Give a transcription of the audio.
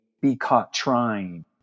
be-caught-trying